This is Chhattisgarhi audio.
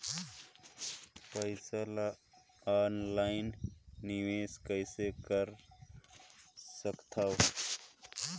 पईसा ल ऑनलाइन निवेश कइसे कर सकथव?